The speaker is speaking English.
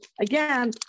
again